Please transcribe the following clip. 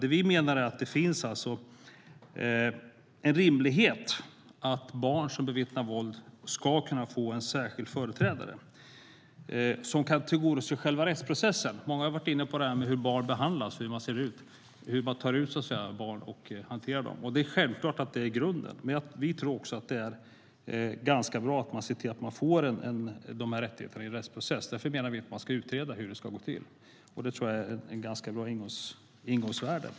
Det vi menar är att det alltså finns en rimlighet i att barn som bevittnar våld ska kunna få en särskild företrädare som kan se till själva rättsprocessen. Många har varit inne på det här med hur barn behandlas och hur man så att säga tar ut barn och hanterar dem, och det är självklart att det är grunden. Vi tror dock också att det är ganska bra att man ser till att rättigheterna i en rättsprocess tillgodoses, och därför menar vi att man ska utreda hur detta ska gå till. Det tror jag är ett ganska bra ingångsvärde.